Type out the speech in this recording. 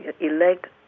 elect